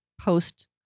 post